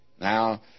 Now